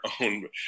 own